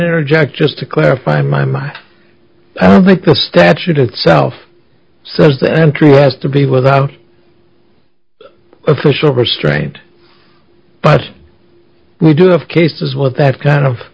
interject just to clarify my mind i don't think the statute itself says that entry has to be without official restraint but we do have cases with that kind of